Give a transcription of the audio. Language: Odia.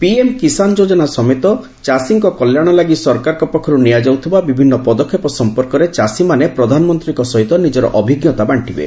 ପିଏମ୍ କିଶାନ୍ ଯୋଜନା ସମେତ ଚାଷୀଙ୍କ କଲ୍ୟାଣ ଲାଗି ସରକାରଙ୍କ ପକ୍ଷରୁ ନିଆଯାଉଥିବା ବିଭିନ୍ନ ପଦକ୍ଷେପ ସମ୍ପର୍କରେ ଚାଷୀମାନେ ପ୍ରଧାନମନ୍ତ୍ରୀଙ୍କ ସହିତ ନିଜର ଅଭିଞ୍ଜତା ବାଣ୍ଟିବେ